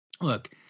look